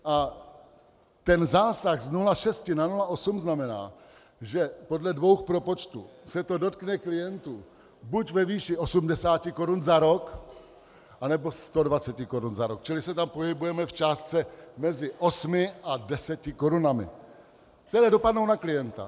A ten zásah z 0,6 na 0,8 znamená, že podle dvou propočtů se to dotkne klientů buď ve výši 80 korun za rok, nebo 120 korun za rok, čili se tam pohybujeme v částce mezi 8 a 10 korunami, které dopadnou na klienta.